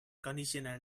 conditioner